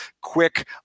quick